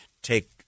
take